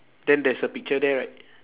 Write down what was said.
then there's a picture there right